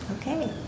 Okay